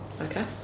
Okay